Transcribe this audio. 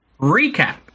Recap